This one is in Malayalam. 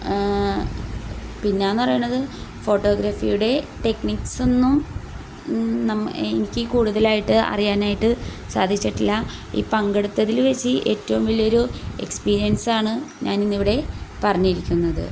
പിന്നെയെന്നു പറയണത് ഫോട്ടോഗ്രാഫിയുടെ ടെക്നിക്സൊന്നും നമ്മൾ എനിക്ക് കൂടുതലായിട്ട് അറിയാനായിട്ട് സാധിച്ചിട്ടില്ല ഈ പങ്കെടുത്തതിൽ വച്ച് ഏറ്റവും വലിയൊരു എക്സ്പീരിയൻസാണ് ഞാൻ ഇന്നിവിടെ പറഞ്ഞിരിക്കുന്നത്